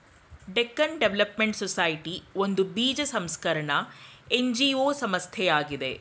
Deccan development society ಒಂದು ಬೀಜ ಸಂಸ್ಕರಣ ಎನ್.ಜಿ.ಒ ಸಂಸ್ಥೆಯಾಗಿದೆ